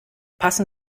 passen